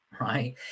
Right